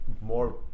more